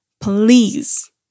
Please